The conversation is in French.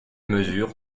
mesure